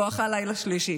לילה שני בואכה לילה שלישי.